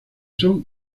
son